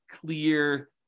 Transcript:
clear